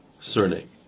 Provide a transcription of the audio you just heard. surname